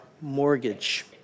mortgage